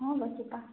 ହଁଲୋ ଯିବା